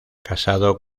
casado